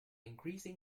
increasing